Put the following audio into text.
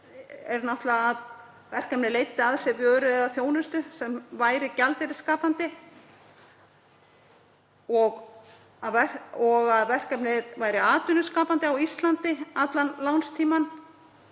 yrði náttúrlega að verkefnið leiddi af sér vöru eða þjónustu sem væri gjaldeyrisskapandi og að verkefnið væri atvinnuskapandi á Íslandi allan lánstímann,